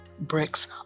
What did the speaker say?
bricks